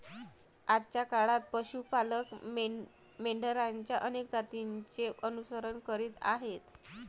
आजच्या काळात पशु पालक मेंढरांच्या अनेक जातींचे अनुसरण करीत आहेत